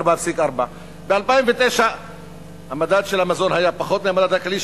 4.4%. ב-2009 מדד המזון היה פחות מהמדד הכללי,